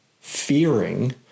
fearing